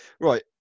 right